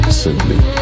simply